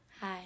Hi